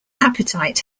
appetite